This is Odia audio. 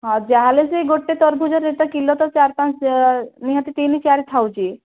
ହଁ ଯାହାହେଲେ ସେ ଗୋଟେ ତରଭୁଜରେ କିଲୋ ତ ଚାରି ପାଞ୍ଚ ନିହାତି ତିନି ଚାରି ଥାଉଛି